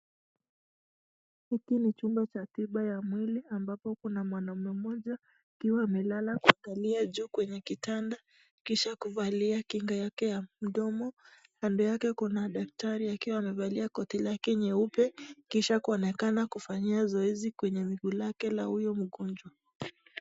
Hiki ni chumba cha tiba ya mwili ambapo kuna mwanaume mmoja akiwa amelala akiangalia juu kwenye kitanda, kisha kuvalia kinga yake ya mdomo. Kando yake kuna daktari akiwa amevalia koti lake nyeupe kisha kuonekana kufanyia zoezi kwenye mguu lake la huyu mgonjwa.